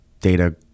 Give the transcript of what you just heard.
data